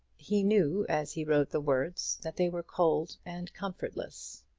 he knew, as he wrote the words, that they were cold and comfortless,